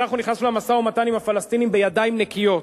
אנחנו נכנסנו למשא-ומתן עם הפלסטינים בידיים נקיות,